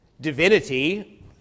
divinity